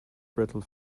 brittle